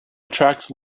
attracts